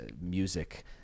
music